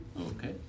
Okay